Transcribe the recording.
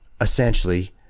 essentially